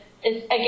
again